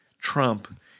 Trump